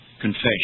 confession